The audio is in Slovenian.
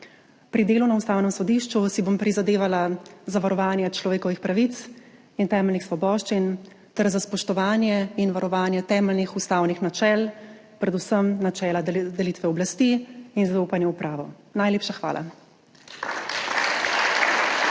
Pri delu na Ustavnem sodišču si bom prizadevala za varovanje človekovih pravic in temeljnih svoboščin ter za spoštovanje in varovanje temeljnih ustavnih načel, predvsem načela delitve oblasti in zaupanja v pravo. Najlepša hvala.